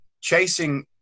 chasing